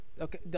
okay